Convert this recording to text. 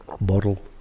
bottle